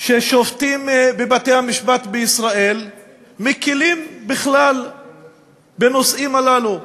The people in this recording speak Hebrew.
ששופטים בבתי-המשפט בישראל מקילים בכלל בנושאים הללו.